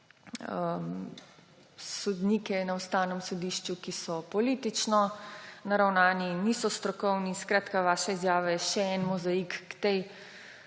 sodnike na Ustavnem sodišču, ki so politično naravnani in niso strokovni. Skratka, vaša izjava je še en mozaik k temu